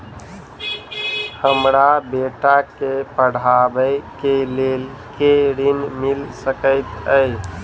हमरा बेटा केँ पढ़ाबै केँ लेल केँ ऋण मिल सकैत अई?